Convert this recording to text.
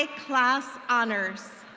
ah clas honors.